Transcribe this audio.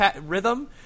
rhythm